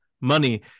money